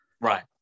right